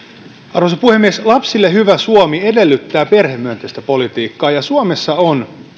arvoisa puhemies lapsille hyvä suomi edellyttää perhemyönteistä politiikkaa ja suomessa on